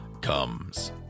comes